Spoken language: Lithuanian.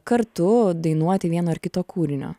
kartu dainuoti vieno ar kito kūrinio